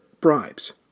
bribes